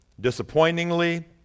disappointingly